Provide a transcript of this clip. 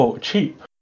cheap